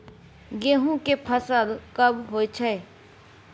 गेहूं के फसल कब होय छै?